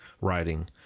writing